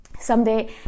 someday